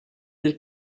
del